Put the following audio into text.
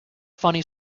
funny